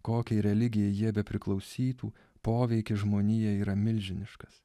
kokiai religijai jie bepriklausytų poveikis žmonijai yra milžiniškas